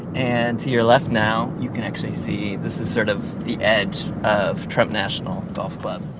and to your left now you can actually see this is sort of the edge of trump national golf club